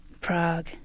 Prague